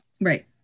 Right